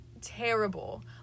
terrible